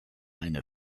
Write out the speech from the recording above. eine